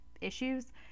issues